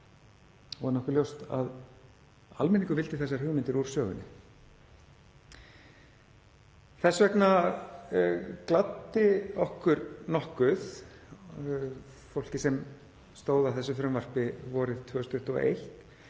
er nokkuð ljóst að almenningur vildi þessar hugmyndir úr sögunni. Þess vegna gladdi okkur nokkuð, fólkið sem stóð að þessu frumvarpi vorið 2021,